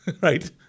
Right